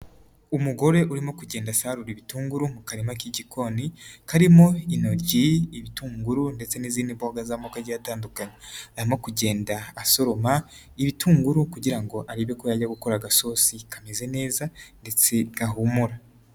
Umugore urimo kugenda asarura ibitunguru mu karima k'igikoni, karimo intoryi, ibitunguru ndetse n'izindi mboga z'amoko agiye atandukanye, arimo kugenda asoroma ibitunguru kugira ngo arebe ko yajya gukora agasosi kameze neza ndetse gahumura.